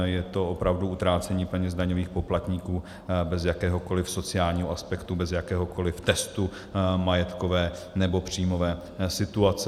Je to opravdu utrácení peněz daňových poplatníků bez jakéhokoli sociálního aspektu, bez jakéhokoli testu majetkové nebo příjmové situace.